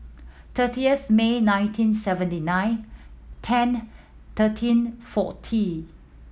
thirtieth May nineteen seventy nine ten thirteen forty